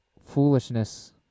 foolishness